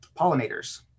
pollinators